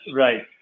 Right